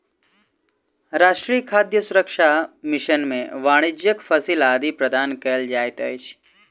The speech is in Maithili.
राष्ट्रीय खाद्य सुरक्षा मिशन में वाणिज्यक फसिल आदि प्रदान कयल जाइत अछि